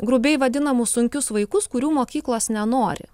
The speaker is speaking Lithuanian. grubiai vadinamus sunkius vaikus kurių mokyklos nenori